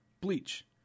Bleach